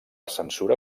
censura